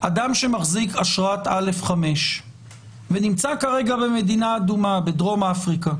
אדם שמחזיק אשרת א5 ונמצא כרגע במדינה אדומה בדרום אפריקה